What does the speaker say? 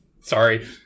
Sorry